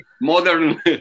Modern